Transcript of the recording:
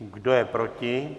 Kdo je proti?